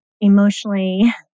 emotionally